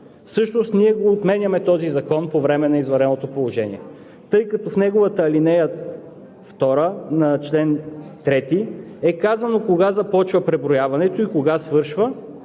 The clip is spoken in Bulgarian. всъщност ние отменяме този закон по време на извънредното положение, тъй като в неговата ал. 2 на чл. 3 е казано кога започва преброяването и кога свършва.